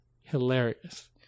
hilarious